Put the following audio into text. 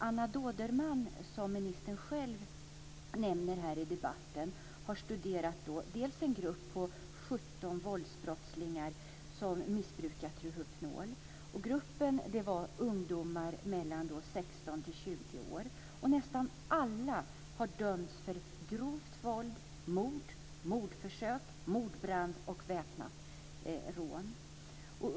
Anna Dåderman, som ministern själv nämner här i debatten, har studerat en grupp på 19 våldsbrottslingar som missbrukat Rohypnol. Gruppen bestod av ungdomar i åldern 16-20 år. Nästan alla har dömts för grovt våld, mord, mordförsök, mordbrand och väpnat rån.